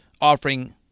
offering